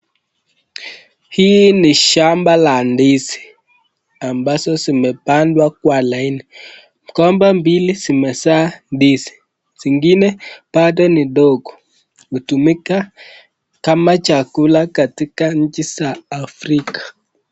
Hii ni shamba ya ndizi ambazo zimepandwa kwa laini. Mgomba mbili zimezaa ndizi zingine bado ni ndogo hutumika kama chakula katika nchi za afrika.